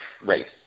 race